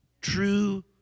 True